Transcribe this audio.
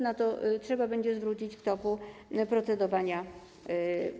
Na to trzeba będzie zwrócić w toku procedowania uwagę.